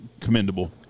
commendable